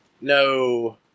No